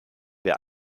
wer